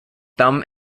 thumb